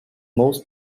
most